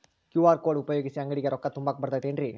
QR code ಉಪಯೋಗಿಸಿ, ಅಂಗಡಿಗೆ ರೊಕ್ಕಾ ತುಂಬಾಕ್ ಬರತೈತೇನ್ರೇ?